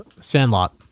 Sandlot